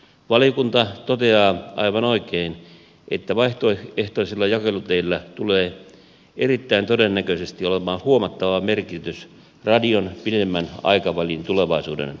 valiokunta toteaa aivan oikein että vaihtoehtoisilla jakeluteillä tulee erittäin todennäköisesti olemaan huomattava merkitys radion pidemmän aikavälin tulevaisuuden kannalta